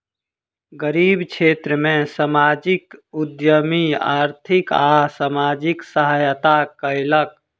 गरीब क्षेत्र में सामाजिक उद्यमी आर्थिक आ सामाजिक सहायता कयलक